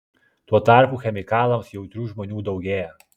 tuo tarpu chemikalams jautrių žmonių daugėja